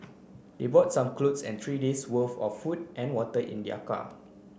they brought some clothes and three day's worth of food and water in their car